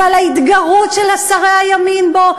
ועל ההתגרות של שרי הימין בו,